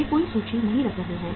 वे कोई सूची नहीं रख रहे हैं